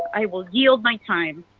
i will yield my time.